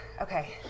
Okay